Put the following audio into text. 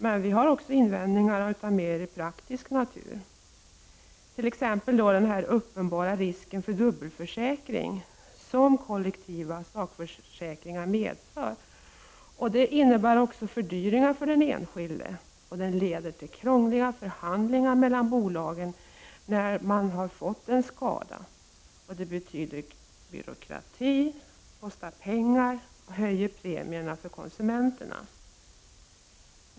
Men vi har också invändningar av mer praktisk natur, t.ex. den uppenbara risk för dubbelförsäkring som kollektiva sakförsäkringar medför, något som innebär fördyringar för den enskilde och leder till krångliga förhandlingar mellan bolagen när en skada har uppstått. Detta betyder byråkrati, kostar pengar och höjer premierna för konsumenterna.